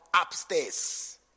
upstairs